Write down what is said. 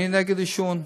אני נגד עישון.